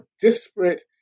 disparate